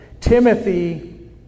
Timothy